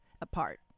apart